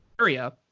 area